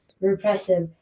repressive